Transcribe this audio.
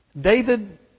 David